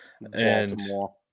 Baltimore